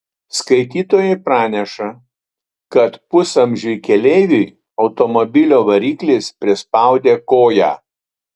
skaitytojai praneša kad pusamžiui keleiviui automobilio variklis prispaudė koją